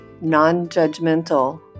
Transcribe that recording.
non-judgmental